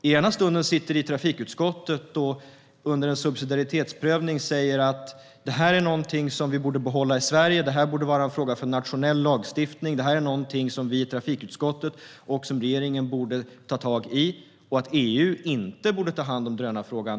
I ena stunden sitter de i trafikutskottet och säger under en subsidiaritetsprövning att detta är någonting vi borde behålla i Sverige; det borde vara en fråga för nationell lagstiftning och någonting som trafikutskottet och regeringen borde ta tag i. EU borde inte ta hand om drönarfrågan.